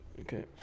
Okay